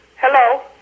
Hello